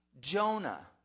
Jonah